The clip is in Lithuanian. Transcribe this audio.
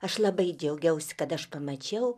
aš labai džiaugiausi kad aš pamačiau